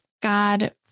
God